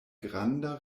granda